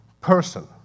person